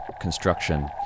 construction